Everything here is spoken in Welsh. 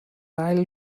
ail